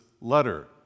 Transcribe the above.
letter